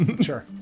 Sure